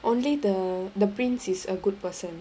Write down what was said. only the the prince is a good person